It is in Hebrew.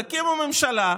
תקימו ממשלה,